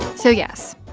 so yes,